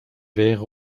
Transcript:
wäre